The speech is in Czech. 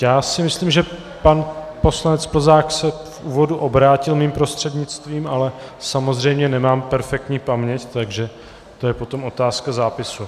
Já si myslím, že pan poslanec Plzák se v úvodu obrátil mým prostřednictvím, ale samozřejmě nemám perfektní paměť, takže to je potom otázka zápisu.